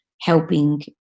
helping